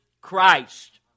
Christ